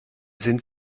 sind